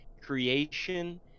creation